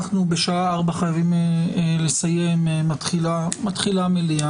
אנחנו בשעה 16:00 חייבים לסיים כי מתחילה המליאה.